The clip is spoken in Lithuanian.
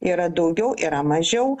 yra daugiau yra mažiau